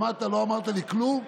שמעת, לא אמרת לי כלום.